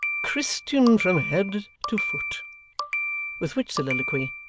christian from head to foot with which soliloquy,